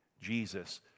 Jesus